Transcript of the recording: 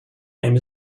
name